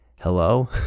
Hello